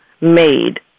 made